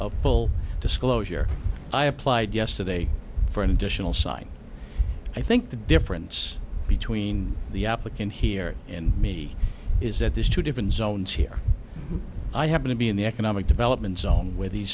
of full disclosure i applied yesterday for an additional side i think the difference between the applicant here and me is that there's two different zones here i happen to be in the economic development zone where these